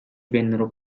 vennero